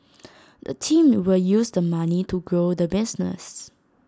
the team will use the money to grow the business